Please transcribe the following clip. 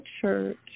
church